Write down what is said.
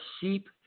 sheep